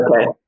okay